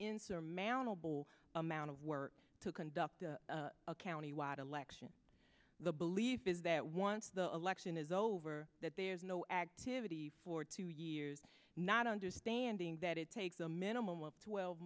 insurmountable amount of work to conduct a county wide election the belief is that once the election is over that there's no activity for two years not understanding that it takes a minimum of twelve